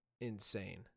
insane